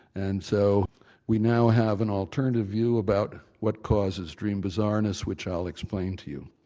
and so we now have an alternative view about what causes dream bizarreness which i'll explain to you.